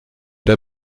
der